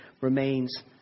remains